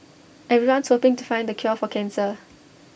everyone's hoping to find the cure for cancer